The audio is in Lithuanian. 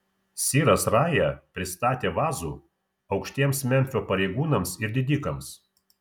siras raja pristatė vazų aukštiems memfio pareigūnams ir didikams